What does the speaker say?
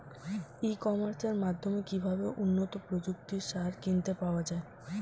ই কমার্সের মাধ্যমে কিভাবে উন্নত প্রযুক্তির সার কিনতে পাওয়া যাবে?